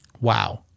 Wow